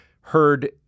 heard